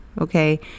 Okay